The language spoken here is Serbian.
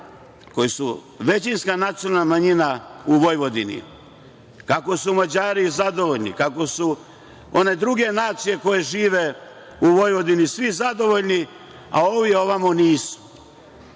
koji su većinska nacionalna manjina u Vojvodini, kako su Mađari zadovoljni, kako su one druge nacije koje žive u Vojvodini svi zadovoljni, a ovi ovamo nisu?